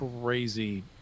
crazy